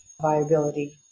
viability